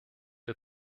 der